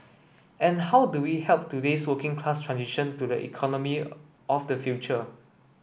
and how do we help today's working class transition to the economy of the future